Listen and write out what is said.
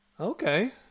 Okay